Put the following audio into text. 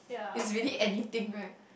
is really anything one